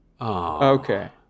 okay